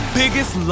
biggest